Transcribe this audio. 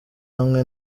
hamwe